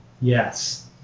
Yes